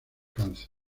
cáncer